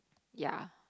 ya